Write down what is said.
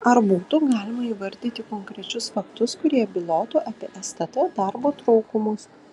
ar būtų galima įvardyti konkrečius faktus kurie bylotų apie stt darbo trūkumus